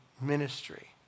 ministry